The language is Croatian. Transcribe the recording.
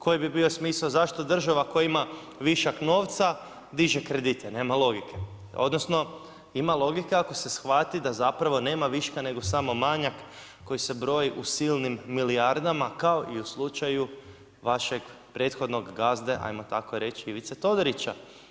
Koji bi bio smisao zašto država koja ima višak novca diže kredite, nema logike, odnosno ima logike ako se shvati da zapravo nema viška, nego samo manjak koji se broji u silnim milijardama kao i u slučaju vašeg prethodnog gazde hajmo tako reći Ivice Todorića.